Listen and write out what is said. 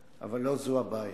אבל לא זו הבעיה.